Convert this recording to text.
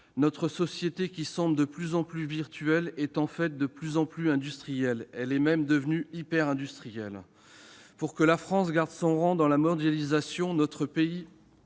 notre société, qui semble de plus en plus virtuelle, est en fait de plus en plus industrielle ; elle est même devenue hyper-industrielle. Pour que la France garde son rang dans la mondialisation, notre